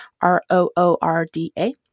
R-O-O-R-D-A